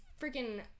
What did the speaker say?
Freaking